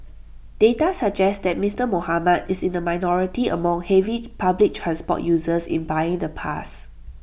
data suggest that Mister Muhammad is in the minority among heavy public transport users in buying the pass